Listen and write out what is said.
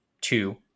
two